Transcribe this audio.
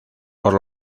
por